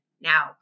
now